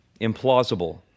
implausible